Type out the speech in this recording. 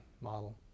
model